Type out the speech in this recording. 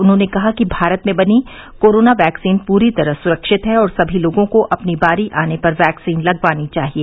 उन्होंने कहा कि भारत में बनी कोरोना वैक्सीन पूरी तरह सुरक्षित है और सभी लोगों को अपनी बारी आने पर वैक्सीन लगवानी चाहिए